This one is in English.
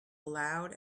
loud